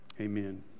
Amen